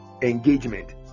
engagement